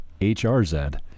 HRZ